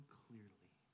clearly